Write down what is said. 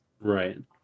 right